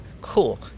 Cool